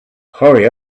hurry